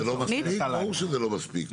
ברור שזה לא מספיק.